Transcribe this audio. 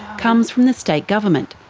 comes from the state government.